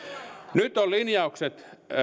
nyt on linjaukset